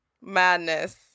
madness